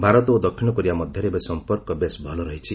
ଭାରତ ଓ ଦକ୍ଷିଣକୋରିଆ ମଧ୍ୟରେ ଏବେ ସଂପର୍କ ବେଶ୍ ଭଲ ରହିଛି